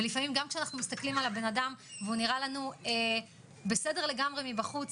ולפעמים גם כשאנחנו מסתכלים על הבן אדם והוא נראה לנו בסדר לגמרי מבחוץ,